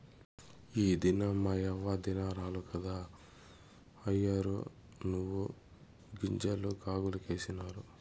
ఈ దినం మాయవ్వ దినారాలు కదా, అయ్యోరు నువ్వుగింజలు కాగులకేసినారు